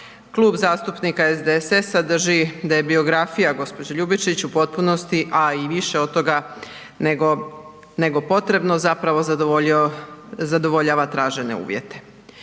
Klub zastupnika SDSS-a drži da je biografija gđe. Ljubičić u potpunosti a i više od toga nego potrebno zapravo zadovoljava tražene uvjete.